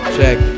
Check